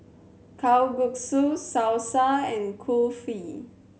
Kalguksu Salsa and Kulfi